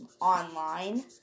online